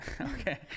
Okay